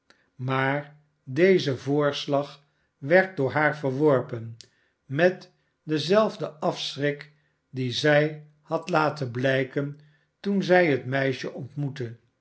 maar deze voorslag werd door haar verworpen met denzelfden afschrik dien zij had laten blijken toen zij het meisje ontmoette